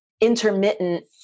intermittent